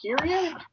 period